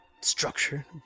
structure